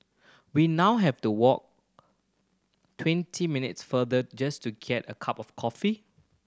we now have to walk twenty minutes farther just to get a cup of coffee